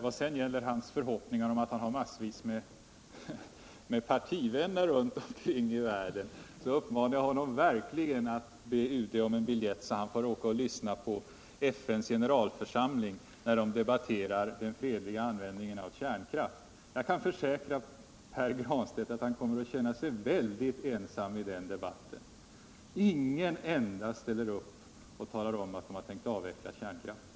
Vad sedan gäller Pär Granstedts förhoppning om att han har massvis med partivänner runt om i världen vill jag verkligen uppmana honom att be UD om en biljett, så att han får åka och lyssna på FN:s generalförsamling när de debatterar den fredliga användningen av kärnkraft. Jag kan försäkra Pär Granstedt att han kommer att känna sig väldigt ensam i den debatten. Ingen enda ställer upp och talar om att man har tänkt avveckla kärnkraften.